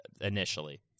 initially